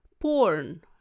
porn